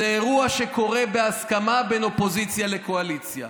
זה אירוע שקורה בהסכמה בין אופוזיציה לקואליציה.